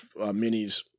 minis